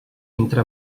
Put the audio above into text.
entre